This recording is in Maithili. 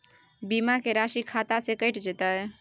बीमा के राशि खाता से कैट जेतै?